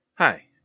Hi